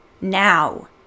now